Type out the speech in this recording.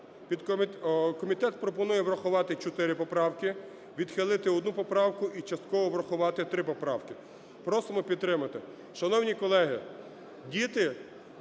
Комітет пропонує врахувати чотири поправки, відхилити одну поправку і частково врахувати три поправки.